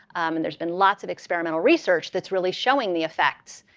and there's been lots of experimental research that's really showing the effects,